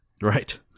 Right